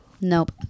Nope